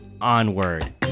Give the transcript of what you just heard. Onward